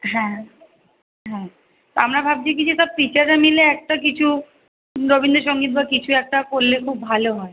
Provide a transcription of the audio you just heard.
হ্যাঁ হ্যাঁ আমরা ভাবছি কী যে সব টিচাররা মিলে একটা কিছু রবীন্দ্র সঙ্গীত বা কিছু একটা করলে খুব ভালো হয়